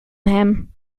hem